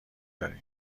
داریم